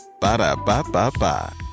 Ba-da-ba-ba-ba